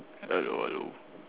hello hello